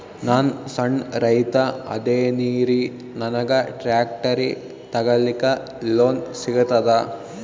ನಾನ್ ಸಣ್ ರೈತ ಅದೇನೀರಿ ನನಗ ಟ್ಟ್ರ್ಯಾಕ್ಟರಿ ತಗಲಿಕ ಲೋನ್ ಸಿಗತದ?